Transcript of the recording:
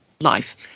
life